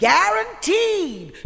Guaranteed